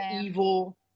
evil